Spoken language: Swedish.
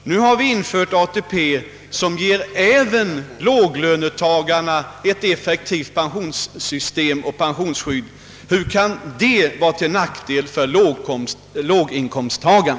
Nu har vi infört ATP, som ger även låglönegrupperna ett effektivt pensionssystem och pensionsskydd. Hur kan det vara till nackdel för låginkomsttagarna?